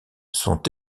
sont